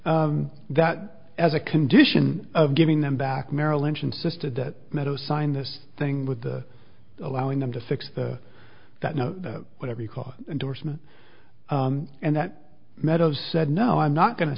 that as a condition of giving them back merrill lynch insisted that meadow sign this thing with allowing them to six that whatever you call endorsement and that meadows said no i'm not going to